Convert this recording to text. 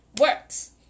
works